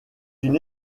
une